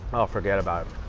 oh forget about it.